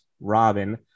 Robin